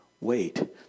wait